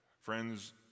Friends